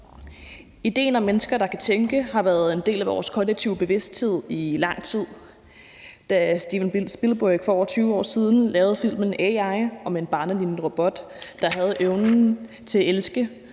Idéen om maskiner, der kan tænke, har været en del af vores kollektive bevidsthed i lang tid. Da Steven Spielberg for over 20 år siden lavede filmen »A.I. Artificial Intelligence« om en barnelignende robot, der havde evnen til at elske,